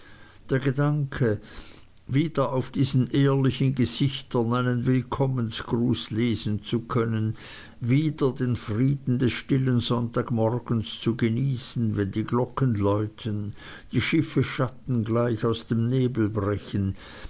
der gedanke wieder auf diesen ehrlichen gesichtern einen willkommengruß lesen zu können wieder den frieden des stillen sonntagmorgens zu genießen wenn die glocken läuten die schiffe schatten gleich aus dem nebel brechen